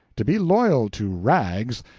to be loyal to rags,